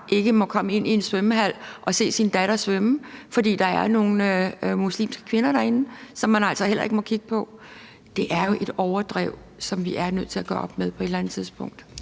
ikke må komme ind i en svømmehal og se sin datter svømme, fordi der er nogle muslimske kvinder derinde, som han altså heller ikke må kigge på. Det er jo at være ude på et overdrev, og det er vi nødt til at gøre op med på et eller andet tidspunkt.